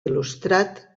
il·lustrat